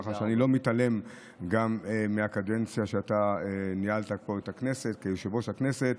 ככה אני לא מתעלם מהקדנציה שבה אתה ניהלת פה את הכנסת כיושב-ראש הכנסת.